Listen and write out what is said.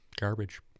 Garbage